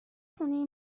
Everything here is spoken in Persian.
خونه